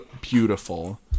beautiful